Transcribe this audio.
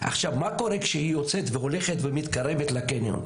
עכשיו מה קורה כשהיא יוצאת והולכת ומתקרבת לקניון,